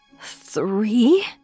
Three